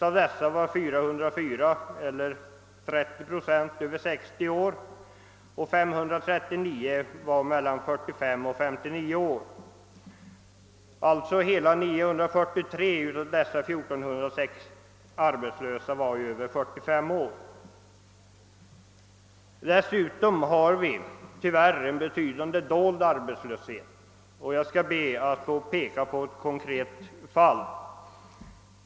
Av dem var 404 eller 30 procent över 60 år och 539 mellan 45 och 59 år — 943 av 1 406 arbetslösa var således över 45 år. Dessutom finns tyvärr en dold arbetslöshet, och jag skall be att få peka på ett konkret fall.